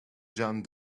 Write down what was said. john